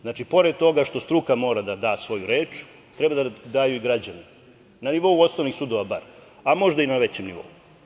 Znači, pored toga što struka mora da da svoju reč, treba da daju i građani, bar na nivou osnovnih sudova, a možda i na većem nivou.